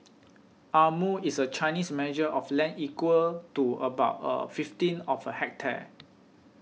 a mu is a Chinese measure of land equal to about a fifteenth of a hectare